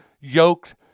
yoked